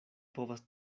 povas